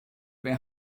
wer